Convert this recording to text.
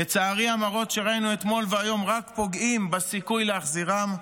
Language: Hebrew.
לצערי המראות שראינו אתמול והיום רק פוגעים בסיכוי להחזירם,